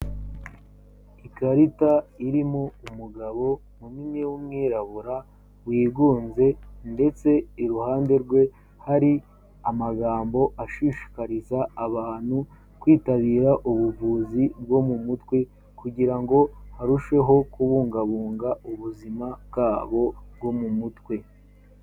Ikarita irimo umugabo munini w'umwirabura wigunze ndetse iruhande rwe hari amagambo ashishikariza abantu kwitabira ubuvuzi bwo mu mutwe kugira ngo harusheho kubungabunga ubuzima bwabo bwo mu mutwe.